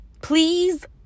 please